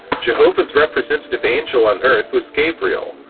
jehovah's representative angel on earth was gabriel,